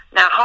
Now